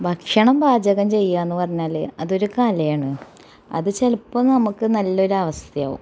ഭക്ഷണം പാചകം ചെയ്യാന്ന് പറഞ്ഞാല് അതൊര് കലയാണ് അത് ചിലപ്പോൾ നമുക്ക് നല്ലൊരവസ്തയാവും